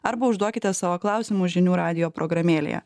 arba užduokite savo klausimus žinių radijo programėlėje